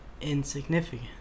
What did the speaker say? insignificant